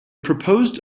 proposed